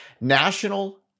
National